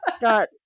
got